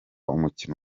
umukino